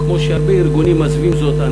כמו שהרבה ארגונים מסווים זאת,